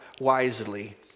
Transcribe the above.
wisely